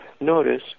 notice